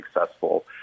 successful